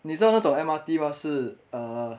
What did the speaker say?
你知道那种 M_R_T mah 是 err